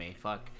fuck